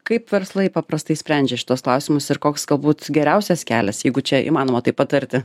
kaip verslai paprastai sprendžia šituos klausimus ir koks galbūt geriausias kelias jeigu čia įmanoma tai patarti